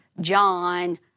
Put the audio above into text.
John